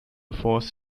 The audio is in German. force